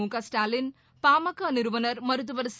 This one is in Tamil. முகஸ்டாலின் பாமக நிறுவனர் மருத்துவர் ச